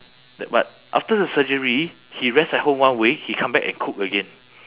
t~ but after the surgery he rest at home one week he come back and cook again